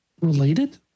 Related